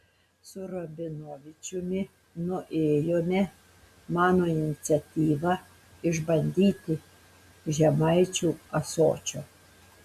su rabinovičiumi nuėjome mano iniciatyva išbandyti žemaičių ąsočio